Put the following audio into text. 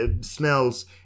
smells